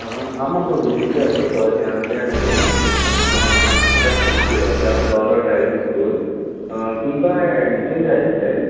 हांव मात्सो वोदोळ बिजी आसलो सोरी आं त्या लागून म्हजें ड्रायवींग स्कूल आसा गौरव ड्रायवींग स्कूल तुमका एडमिशन जाय आसलें